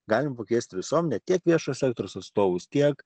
galim pakeisti visuomenę tiek viešojo sektoriaus atstovus tiek